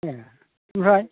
एह ओमफ्राय